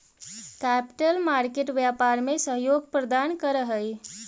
capital market व्यापार में सहयोग प्रदान करऽ हई